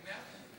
מאה אחוז.